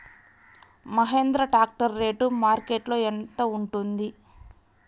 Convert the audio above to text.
Mahindra tractor rate మార్కెట్లో యెంత ఉంటుంది?